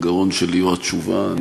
הגרון שלי או התשובה.